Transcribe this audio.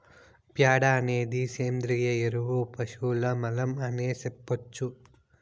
ప్యాడ అనేది సేంద్రియ ఎరువు పశువుల మలం అనే సెప్పొచ్చు